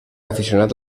aficionat